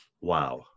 wow